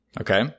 Okay